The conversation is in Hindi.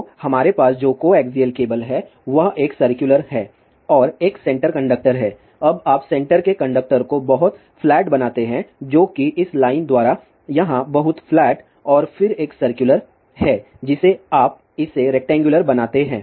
तो हमारे पास जो कोएक्सियल केबल है वह एक सर्कुलर है और एक सेंटर कंडक्टर है अब आप सेंटर के कंडक्टर को बहुत फ्लैट बनाते हैं जो कि इस लाइन द्वारा यहाँ बहुत फ्लैट और फिर एक सर्कुलर है जिसे आप इसे रेक्टेंगुलर बनाते हैं